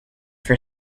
for